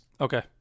Okay